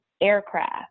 aircraft